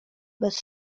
bez